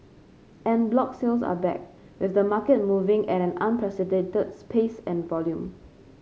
en bloc sales are back with the market moving at an unprecedented pace and volume